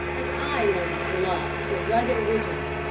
as i learned to love the rugged original.